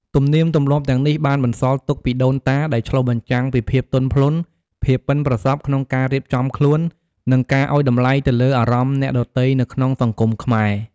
ទំនៀមទម្លាប់ទាំងនេះបានបន្សល់ទុកពីដូនតា ដែលឆ្លុះបញ្ចាំងពីភាពទន់ភ្លន់ ភាពប៉ិនប្រសប់ក្នុងការរៀបចំខ្លួន និងការឲ្យតម្លៃទៅលើអារម្មណ៍អ្នកដទៃនៅក្នុងសង្គមខ្មែរ។